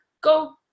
go